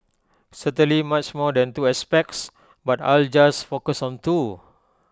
certainly much more than two aspects but I'll just focus on two